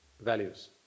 values